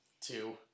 Two